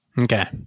Okay